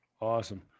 Awesome